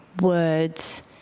words